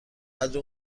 قدر